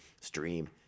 stream